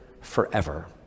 forever